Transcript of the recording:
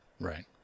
right